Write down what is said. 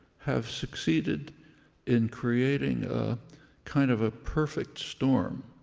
have succeeded in creating a kind of a perfect storm,